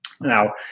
now